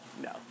No